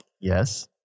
Yes